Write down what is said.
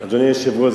אדוני היושב-ראש,